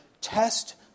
Test